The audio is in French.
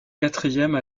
quatrième